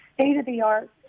state-of-the-art